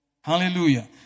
Hallelujah